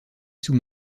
sous